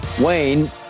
Wayne